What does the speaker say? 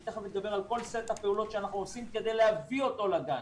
אני תיכף אדבר על כל סט הפעולות שאנחנו עושים כדי להביא אותו לגן.